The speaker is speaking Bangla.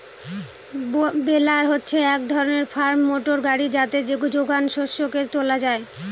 বেলার হচ্ছে এক ধরনের ফার্ম মোটর গাড়ি যাতে যোগান শস্যকে তোলা হয়